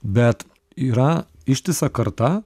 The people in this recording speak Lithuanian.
bet yra ištisa karta